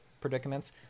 predicaments